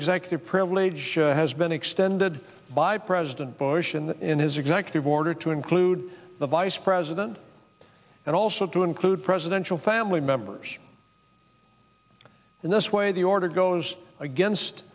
executive privilege has been extended by president bush and in his executive order to include the vice president and also to include presidential family members in this way the order goes against